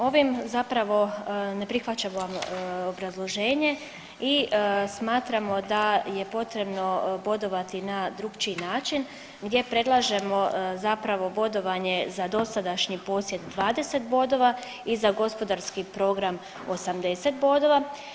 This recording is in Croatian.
Ovim zapravo ne prihvaćamo obrazloženje i smatramo da je potrebno bodovati na drukčiji način, gdje predlažemo zapravo bodovanje za dosadašnji posjed 20 bodova i za gospodarski program 80 bodova.